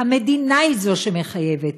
המדינה היא שמחייבת,